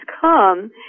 come